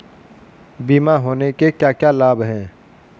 बीमा होने के क्या क्या लाभ हैं?